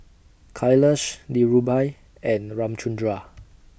Kailash Dhirubhai and Ramchundra